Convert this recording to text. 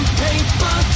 paper